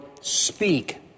speak